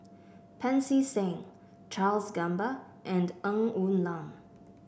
Pancy Seng Charles Gamba and Ng Woon Lam